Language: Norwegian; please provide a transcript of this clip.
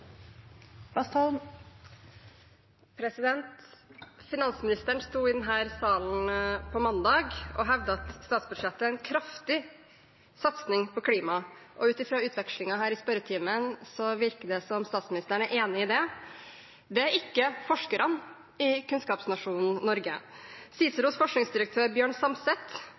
Finansministeren sto i denne salen mandag og hevdet at statsbudsjettet er en kraftig satsing på klima. Ut fra utvekslingen her i spørretimen virker det som om statsministeren er enig i det. Det er ikke forskerne i kunnskapsnasjonen Norge. CICEROs forskningsdirektør Bjørn